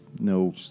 No